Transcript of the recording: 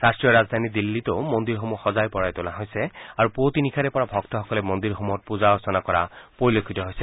ৰাট্টীয় ৰাজধানী দিল্লীতো মন্দিৰসমূহ সজাই পৰাই তোলা হৈছে আৰু পুৱতি নিশাৰে পৰা ভক্তসকলে মন্দিৰসমূহত পূজা অৰ্চনা কৰা পৰিলক্ষিত হৈছে